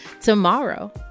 tomorrow